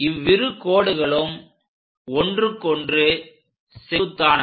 இவ்விரு கோடுகளும் ஒன்றுக்கொன்று செங்குத்தானவை